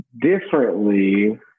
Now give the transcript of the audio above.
differently